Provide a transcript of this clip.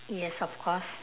yes of course